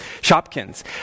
Shopkins